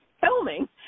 filming